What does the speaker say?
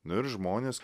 nu ir žmonės